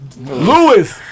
Lewis